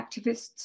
activists